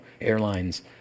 Airlines